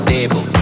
Table